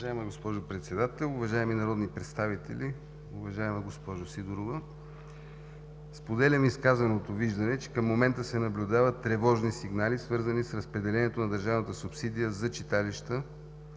Уважаема госпожо Председател, уважаеми народни представители, уважаема госпожо Сидорова! Споделям изказаното виждане, че към момента се наблюдават тревожни сигнали, свързани с разпределението на държавната субсидия за читалища